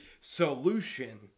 solution